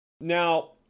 Now